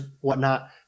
whatnot